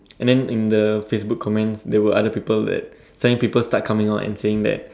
and then in the Facebook comments there were other people that suddenly people start coming out and saying that